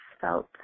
felt